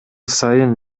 сайын